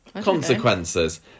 consequences